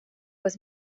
was